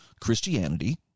Christianity